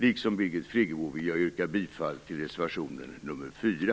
Liksom Birgit Friggebo vill jag yrka bifall till reservation nr 4.